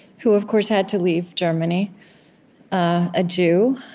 who, of course, had to leave germany a jew,